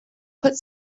put